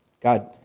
God